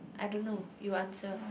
I don't know you answer